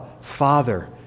father